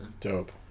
Dope